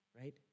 right